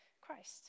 Christ